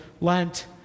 Lent